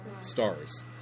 stars